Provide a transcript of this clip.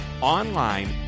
online